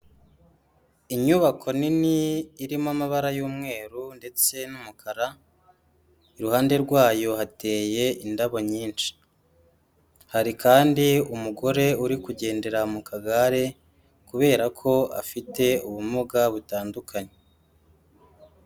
Inyubako nini irimo amabara y'umweru ndetse n'umukara, iruhande rwayo hateye indabo nyinshi. Hari kandi umugore uri kugendera mu kagare kubera ko afite ubumuga butandukanye.